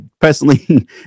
personally